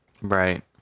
Right